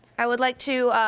i would like to,